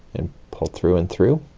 and pull through and through.